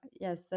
yes